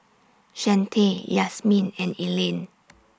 Chante Yasmeen and Elaine